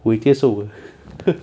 我也接受 uh